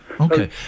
Okay